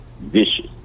vicious